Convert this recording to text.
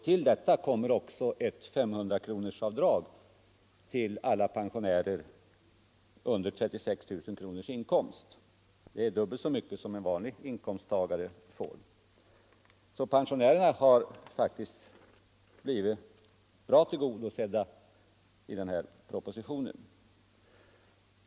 Till detta kommer också ett 500-kronorsavdrag till alla pensionärer med en inkomst under 36 000 kronor. Det är dubbelt så mycket som en vanlig inkomsttagare får. Så pensionärerna har faktiskt blivit bra tillgodosedda i denna proposition.